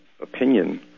opinion